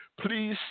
Please